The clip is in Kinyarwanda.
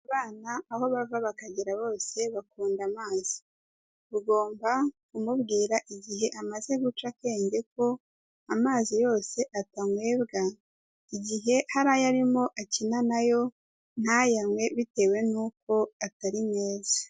Abana aho bava bakagera bose bakunda amazi, ugomba kumubwira igihe amaze guca akenge ko amazi yose atanywebwa, igihe hari ayo arimo akina nayo ntayanywe bitewe n'uko atari meza.